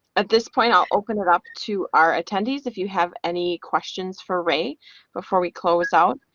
at this point, i'll open it up to our attendees if you have any questions for ray before we close out.